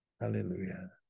Hallelujah